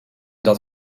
dat